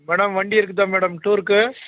madam வண்டி இருக்குதுதா madam டூருக்கு